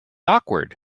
awkward